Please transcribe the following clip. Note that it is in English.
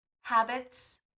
habits